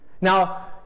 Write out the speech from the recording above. Now